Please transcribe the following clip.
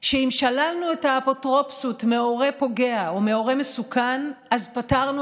שאם שללנו את האפוטרופסות מהורה פוגע ומהורה מסוכן אז פתרנו